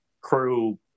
crew